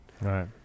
Right